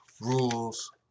Rules